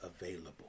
available